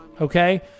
okay